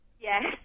Yes